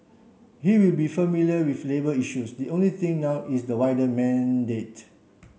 he will be familiar with labour issues the only thing now is the wider mandate